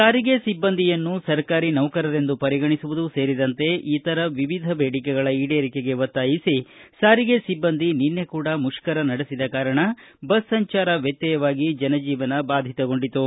ಸಾರಿಗೆ ಸಿಬ್ಬಂದಿಯನ್ನು ಸರ್ಕಾರಿ ನೌಕರರೆಂದು ಪರಿಗಣಿಸುವುದು ಸೇರಿದಂತೆ ಇತರೆ ವಿವಿಧ ಬೇಡಿಕೆಗಳ ಈಡೇರಿಕೆಗೆ ಒತ್ತಾಯಿಸಿ ಸಾರಿಗೆ ಸಿಬ್ಬಂದಿ ನಿನ್ನೆ ಕೂಡಾ ಮುಷ್ತರ ನಡೆಸಿದ ಕಾರಣ ಬಸ್ ಸಂಚಾರ ವ್ಯತ್ಯಯವಾಗಿ ಜನಜೀವನ ಬಾಧಿತಗೊಂಡಿತು